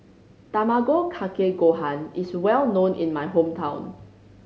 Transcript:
Tamago Kake Gohan is well known in my hometown